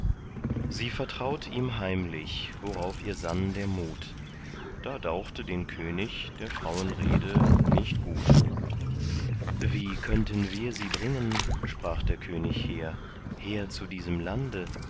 sie vertraut ihm heimlich worauf ihr sann der mut da dauchte den könig der frauen rede nicht gut wie könnten wir sie bringen sprach der könig hehr her zu diesem lande